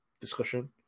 discussion